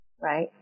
right